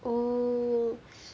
oh